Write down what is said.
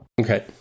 Okay